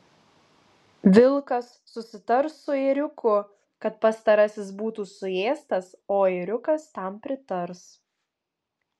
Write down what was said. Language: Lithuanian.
vilkas susitars su ėriuku kad pastarasis būtų suėstas o ėriukas tam pritars